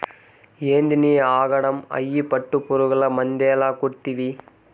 ఏందినీ ఆగడం, అయ్యి పట్టుపురుగులు మందేల కొడ్తివి